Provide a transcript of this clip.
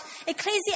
Ecclesiastes